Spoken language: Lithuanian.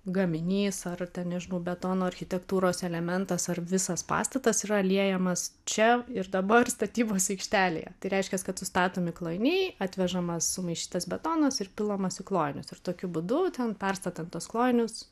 gaminys ar ten nežinau betono architektūros elementas ar visas pastatas yra liejamas čia ir dabar statybos aikštelėje tai reiškias kad sustatomi klojiniai atvežamas sumaišytas betonas ir pilamas į klojinius ir tokiu būdu ten perstatant tuos klojinius